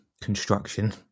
construction